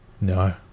No